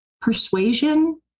Persuasion